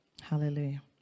Hallelujah